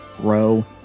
grow